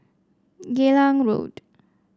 Geylang Road